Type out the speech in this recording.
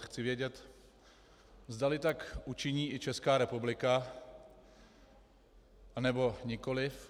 Chci vědět, zdali tak učiní i Česká republika, anebo nikoliv.